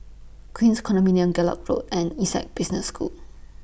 Queens Condominium Gallop Road and Essec Business School